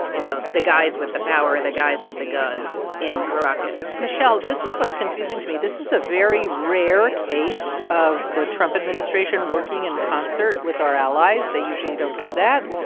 you know, the guys with the power, the guys with the guns in caracas michele, this is what's confusing to me. this is a very rare case of the trump administration working in concert with our allies. they usually don't do that.